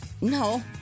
no